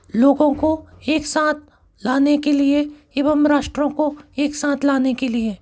लोगों को एक साथ लाने के लिए एवं राष्ट्रों को एक साथ लाने के लिए